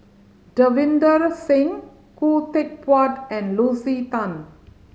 Davinder Singh Khoo Teck Puat and Lucy Tan